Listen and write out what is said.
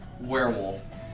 werewolf